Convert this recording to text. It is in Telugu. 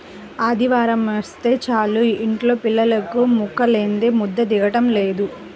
ఆదివారమొస్తే చాలు యింట్లో పిల్లలకు ముక్కలేందే ముద్ద దిగటం లేదు